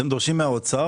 אתם דורשים מהאוצר